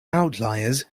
outliers